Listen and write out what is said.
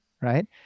right